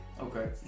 Okay